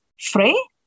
free